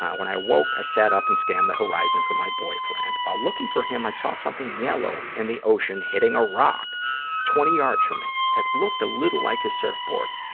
when i woke, i sat up and scanned the horizon for my boyfriend. while looking for him, i saw something yellow in the ocean hitting a rock twenty yards from me. it looked a little like his surfboard.